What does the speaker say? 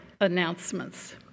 announcements